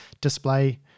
display